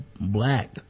black